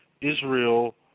Israel